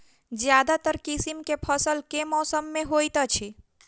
ज्यादातर किसिम केँ फसल केँ मौसम मे होइत अछि?